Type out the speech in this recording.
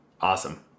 Awesome